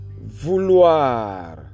vouloir